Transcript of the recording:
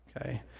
okay